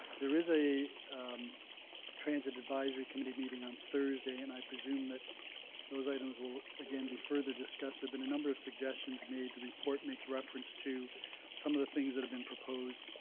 there is a transit advisory committee meeting on thursday, and i presume that those items will again be further discussed. there've been a number of suggestions made. the report makes reference to some of the things that have been proposed.